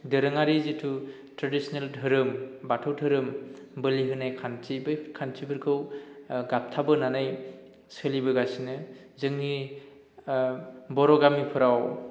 दोरोङारि जितु ट्रेडिसनेल धोरोम बाथौ धोरोम बोलि होनाय खान्थि बै खान्थिफोरखौ गाबथाबोनानै सोलिबोगासिनो जोंनि बर' गामिफोराव